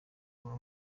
aba